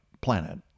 planet